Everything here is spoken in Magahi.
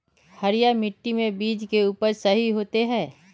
हरिया मिट्टी में बीज के उपज सही होते है?